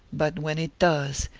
but when it does,